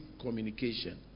communication